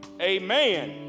Amen